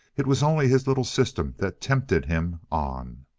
it was only his little system that tempted him on.